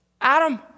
Adam